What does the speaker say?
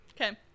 Okay